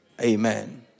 Amen